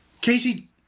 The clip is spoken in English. Casey